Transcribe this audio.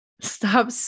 stop